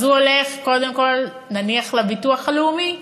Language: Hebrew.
אז הוא הולך, קודם כול, נניח לביטוח הלאומי,